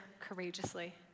courageously